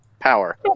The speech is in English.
power